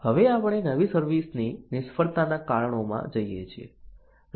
હવે આપણે નવી સર્વિસ ની નિષ્ફળતાના કારણોમાં જઈએ છીએ